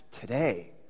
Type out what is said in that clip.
today